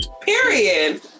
period